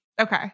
Okay